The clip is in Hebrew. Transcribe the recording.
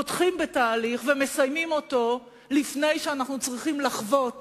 לפתוח בתהליך ולסיים אותו לפני שנצטרך לחוות